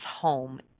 home